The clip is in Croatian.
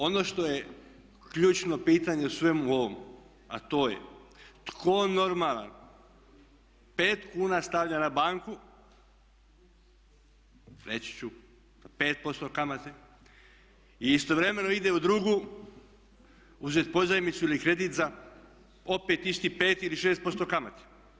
Ono što je ključno pitanje u svemu ovomu, a to je tko normalan 5 kuna stavlja na banku, reći ću 5% kamata i istovremeno ide u drugu uzet pozajmicu ili kredit za opet istih 5 ili 6% kamate.